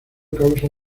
causa